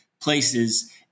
places